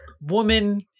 woman